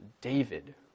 David